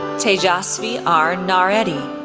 tejasvi r. nareddy,